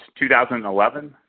2011